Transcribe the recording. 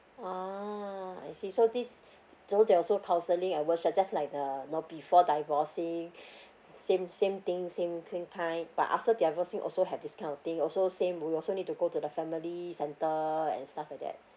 ah I see so this so there're also counselling and workshop just like the you know before divorcing same same thing same same kind but after divorcing also have this kind of thing also same we also need to go to the family centre and stuff like that